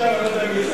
במצח